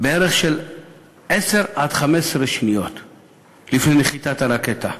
10 15 שניות לפני נחיתת הרקטה.